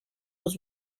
was